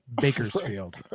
Bakersfield